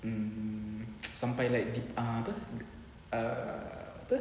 mm sampai dip~ ah apa err apa